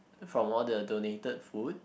from all the donated food